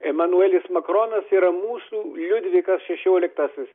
emanuelis makronas yra mūsų liudvikas šešioliktasis